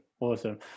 awesome